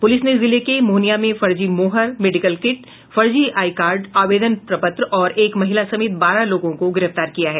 police ने जिले के मोहनिया में फर्जी मोहर मेडिकल किट फर्जी आईकार्ड आवेदन प्रपत्र और एक महिला समेत बारह लोगों को गिरफ्तार किया है